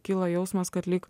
kyla jausmas kad lyg